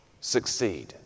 succeed